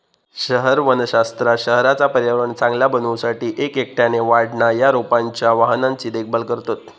शहर वनशास्त्रात शहराचा पर्यावरण चांगला बनवू साठी एक एकट्याने वाढणा या रोपांच्या वाहनांची देखभाल करतत